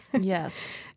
Yes